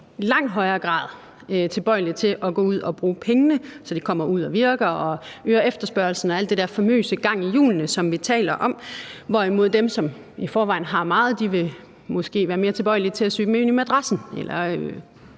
i langt højere grad tilbøjelige til at gå ud og bruge pengene, så de kommer ud at virke og øger efterspørgslen og alt det der famøse gang i hjulene, som vi taler om, hvorimod dem, som i forvejen har meget, måske vil være mere tilbøjelige til at sy dem ind i madrassen